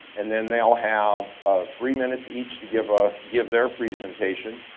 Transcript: and then they'll have three minutes each to give ah give their presentation.